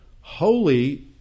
Holy